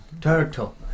Turtle